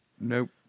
Nope